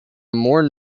more